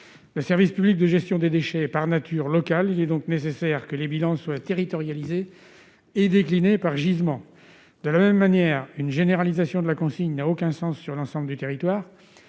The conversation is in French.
Le service public de gestion des déchets est, par nature, local ; il est donc nécessaire que les bilans soient territorialisés et déclinés par gisements. De la même manière, une généralisation de la consigne n'a aucun sens sur l'ensemble du territoire.